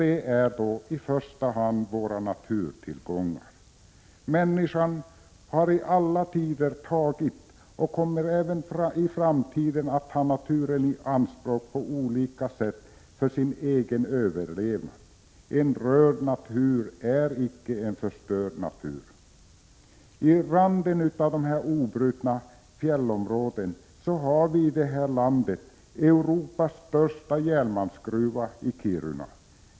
Det är i första hand våra naturtillgångar. Människan har i alla tider tagit naturen i anspråk och kommer även i framtiden att göra det på olika sätt för sin egen överlevnad. En rörd natur är icke en förstörd natur. I randen av de obrutna fjällområdena har vi i landet Europas största järnmalmsgruva i Kiruna.